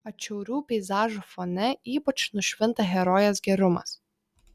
atšiaurių peizažų fone ypač nušvinta herojės gerumas